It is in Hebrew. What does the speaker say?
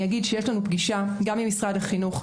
אני אגיד שיש לנו פגישה גם עם משרד החינוך,